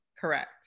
Correct